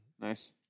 Nice